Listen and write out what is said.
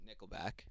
Nickelback